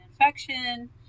infection